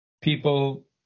people